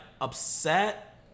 upset